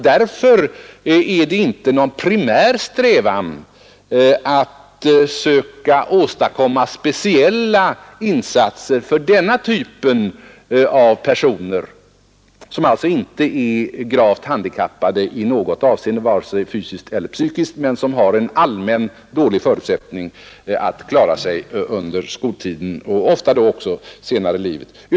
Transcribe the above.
Därför är det inte någon primär strävan att söka åstadkomma speciella insatser för denna typ av personer, som alltså inte är gravt handikappade i något avseende, vare sig fysiskt eller psykiskt, men som haft en allmänt dålig förutsättning att klara sig under skoltiden och ofta då också senare i livet.